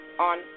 on